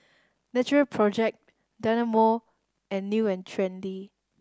Natural Project Dynamo and New and Trendy